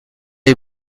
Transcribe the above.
est